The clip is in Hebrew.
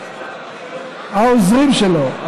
העוזרים שלו,